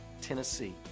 tennessee